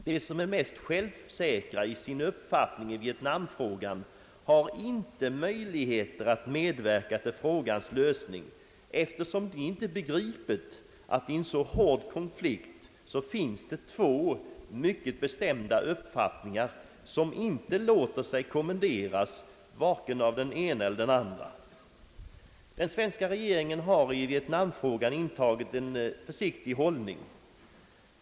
De som är mest självsäkra i sin uppfattning i vietnamfrågan har inte möjligheter att medverka till frågans lösning, eftersom de inte begripit att i en så hård konflikt finns det två mycket bestämda uppfattningar som inte låter sig kommenderas, vare sig den ena eller den andra. Den svenska regeringen har i vietnamfrågan intagit en försiktig hållning.